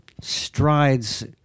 strides